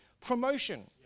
promotion